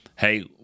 hey